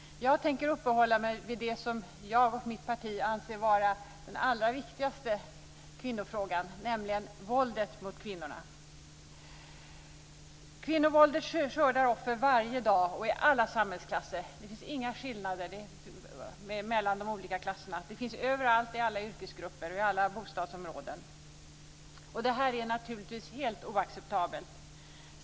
Jag tänker uppehålla mig vid det som jag och mitt parti anser vara den allra viktigaste kvinnofrågan, nämligen frågan om våldet mot kvinnorna. Kvinnovåldet skördar offer varje dag och i alla samhällsklasser. Det finns inga skillnader mellan de olika klasserna. Kvinnovåldet finns överallt, i alla yrkesgrupper och i alla bostadsområden. Detta är naturligtvis helt oacceptabelt.